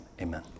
amen